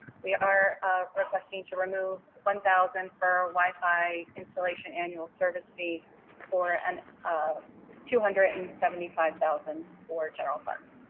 we are requesting to remove one thousand for wi-fi installation annual service fee for and um two hundred and seventy five thousand dollars for general funds.